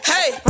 Hey